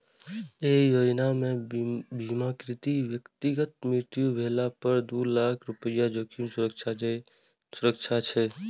एहि योजना मे बीमाकृत व्यक्तिक मृत्यु भेला पर दू लाख रुपैया जोखिम सुरक्षा छै